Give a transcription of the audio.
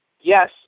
yes